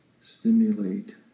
stimulate